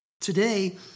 Today